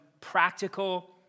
practical